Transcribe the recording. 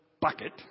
bucket